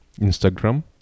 Instagram